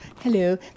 hello